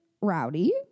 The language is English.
rowdy